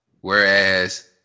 whereas